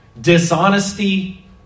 Dishonesty